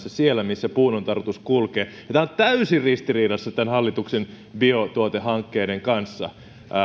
siellä missä puun on tarkoitus kulkea tämä on täysin ristiriidassa hallituksen biotuotehankkeiden kanssa